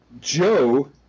Joe